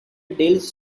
deals